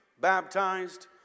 baptized